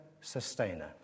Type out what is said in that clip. sustainer